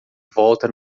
volta